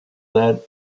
that’s